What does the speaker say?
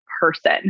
person